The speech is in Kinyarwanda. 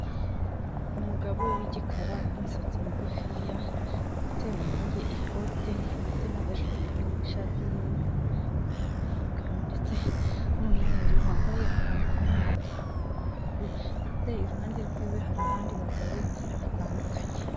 Umugabo w'igikara n'imisatsi migufiya ndetse wambaye ikote ndetse n'ishati y'imbere n'amabara y'umukara ndetse n'umweru wambaye akantu ko mu matwi k'umweru ndetse iruhande rw'iwe hari abandi bagabo batandukanye.